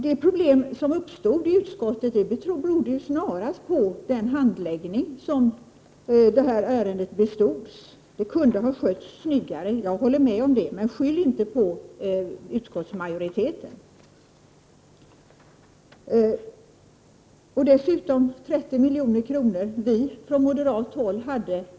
Dessutom hade vi från moderat håll reserverat medel för att plussa på lönebidraget, så de pengarna fanns. Därmed kanske vi också får lov att räkna in oss bland de humanistiska partierna, även om en och annan då känner sig vara i dåligt sällskap.